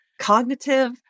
cognitive